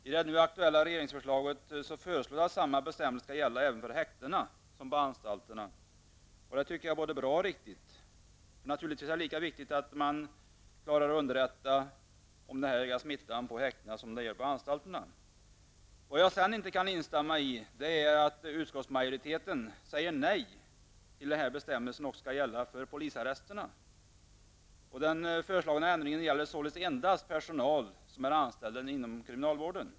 I det nu aktuella regeringsförslaget föreslås att samma bestämmelser som gäller för anstalterna skall omfatta även häktena. Det är både bra och riktigt, tycker jag. Det är naturligtvis lika viktigt att man har möjlighet att upplysa om smitta såväl på häktena som på anstalterna. Jag kan emellertid inte instämma med utskottsmajoriteten när den ställer sig negativ till att dessa bestämmelser skall gälla även för polisarresterna. Den föreslagna ändringen gäller således endast personal som är anställd inom kriminalvården.